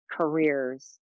careers